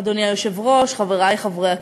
אדוני היושב-ראש, חברי חברי הכנסת,